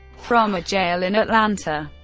from a jail in atlanta.